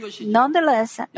Nonetheless